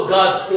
God's